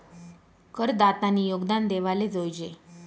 करदातानी योगदान देवाले जोयजे